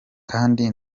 kandi